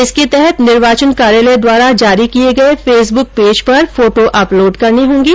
इसके तहत निर्वाचन कार्यालय द्वारा जारी किये गये फेसबुक पेज पर फोटो अपलोड करने होगे